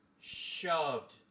shoved